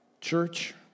Church